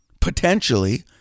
potentially